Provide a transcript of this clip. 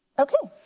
okay